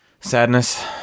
Sadness